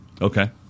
Okay